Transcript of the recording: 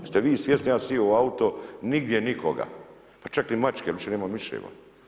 Jeste li vi svjesni, ja sio u auto, nigdje nikoga, pa čak ni mačke, uopće nema miševa.